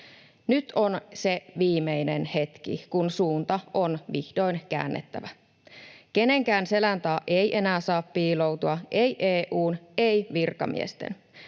Nyt on se viimeinen hetki, kun suunta on vihdoin käännettävä. Kenenkään selän taa ei enää saa piiloutua, ei EU:n, ei virkamiesten.